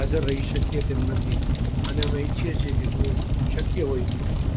હાજર રહી શકીએ તેમ નથી અને અમે ઈચ્છીએ કે જો શક્ય હોય